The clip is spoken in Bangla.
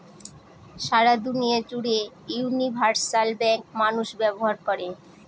সারা দুনিয়া জুড়ে ইউনিভার্সাল ব্যাঙ্ক মানুষ ব্যবহার করে